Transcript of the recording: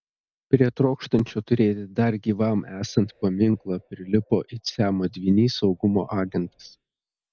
prie trokštančio turėti dar gyvam esant paminklą prilipo it siamo dvynys saugumo agentas